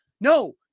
No